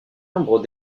nombre